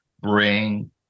bring